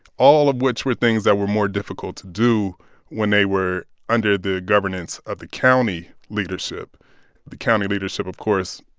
all of which were things that were more difficult to do when they were under the governance of the county leadership the county leadership, of course,